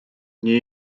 nie